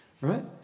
right